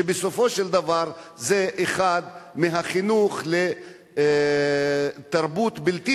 כשבסופו של דבר זה חלק מהחינוך לתרבות בלתי